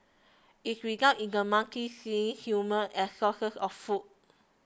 it results in the monkeys seeing humans as sources of food